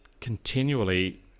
continually